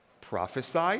Prophesy